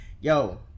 Yo